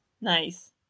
Nice